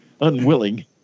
unwilling